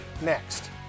next